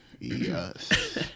Yes